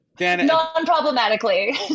non-problematically